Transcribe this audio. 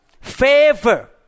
Favor